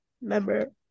Member